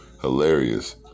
hilarious